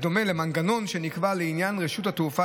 בדומה למנגנון שנקבע לעניין רשות התעופה